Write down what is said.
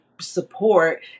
support